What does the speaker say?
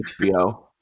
HBO